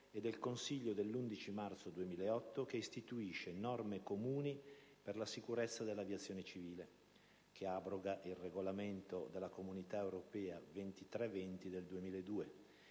e del Consiglio dell'11 marzo 2008, che istituisce norme comuni per la sicurezza dell'aviazione civile (che abroga il regolamento della Comunità europea n. 2320 del 2002)